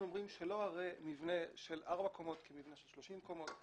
אומרים שלא הרי מבנה של ארבע קומות כמבנה של 30 קומות,